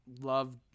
love